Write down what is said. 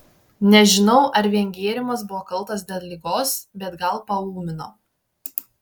nežinau ar vien gėrimas buvo kaltas dėl ligos bet gal paūmino